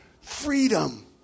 freedom